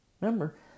Remember